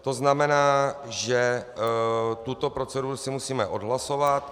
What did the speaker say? To znamená, že tuto proceduru si musíme odhlasovat.